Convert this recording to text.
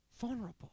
vulnerable